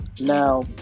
Now